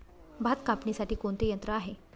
भात कापणीसाठी कोणते यंत्र आहे?